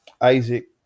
Isaac